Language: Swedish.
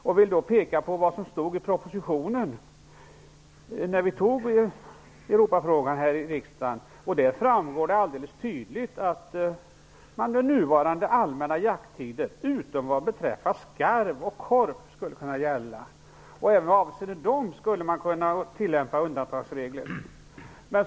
Jag vill påpeka vad som stod i propositionen när riksdagen beslutade i Europafrågan. Där framgår alldeles tydligt att nuvarande allmänna jakttider utom vad beträffar skarv och korp skulle kunna gälla, och även avseende dem skulle man kunna tillämpa undantagsregler. Herr talman!